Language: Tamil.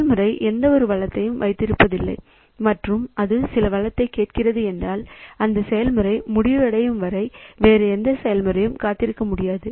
செயல்முறை எந்தவொரு வளத்தை வைத்திருக்கவில்லை மற்றும் அது சில வளத்தைக் கேட்கிறது என்றால் இந்த செயல்முறை முடிவடையும் வரை வேறு எந்த செயல்முறையும் காத்திருக்க முடியாது